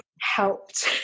helped